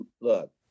look